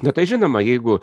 na tai žinoma jeigu